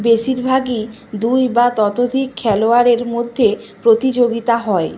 বেশিরভাগই দুই বা ততোধিক খেলোয়াড়ের মধ্যে প্রতিযোগিতা হয়